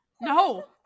No